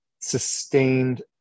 sustained